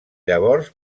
llavors